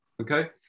Okay